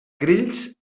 grills